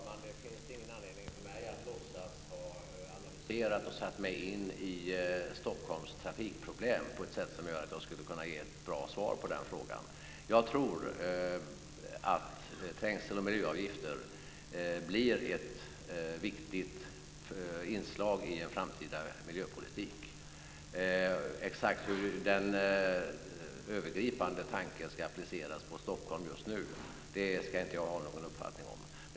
Fru talman! Det finns ingen anledning för mig att låtsas ha analyserat och satt mig in i Stockholms trafikproblem på ett sätt som gör att jag skulle kunna ge ett bra svar på den frågan. Jag tror att trängsel och miljöavgifter blir ett viktigt inslag i en framtida miljöpolitik. Exakt hur den övergripande tanken ska appliceras på Stockholm just nu ska jag inte ha någon uppfattning om.